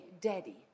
Daddy